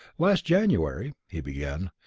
last january, he began,